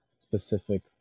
specific